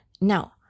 Now